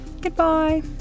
Goodbye